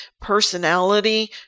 personality